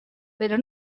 pero